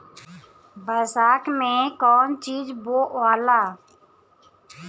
बैसाख मे कौन चीज बोवाला?